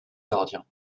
gardiens